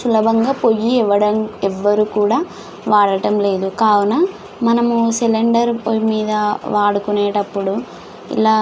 సులభంగా పొయ్యి ఎవ్వడ ఎవ్వరూ కూడా వాడటం లేదు కావున మనము సిలిండర్ పొయ్యి మీద వాడుకునేటప్పుడు ఇలా